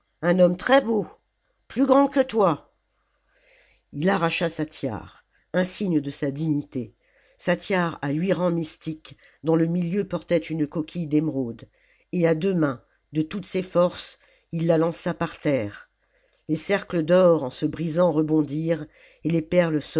un homme très beau plus grand que toi ii arracha sa tiare insigne de sa dignité sa tiare à huit rangs mystiques dont le milieu portait une coquille d'émeraude et à deux mains de toutes ses forces il la lança par terre les cercles d'or en se brisant rebondirent et les perles